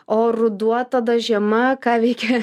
o ruduo tada žiema ką veiki